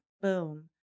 boom